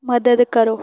ਮਦਦ ਕਰੋ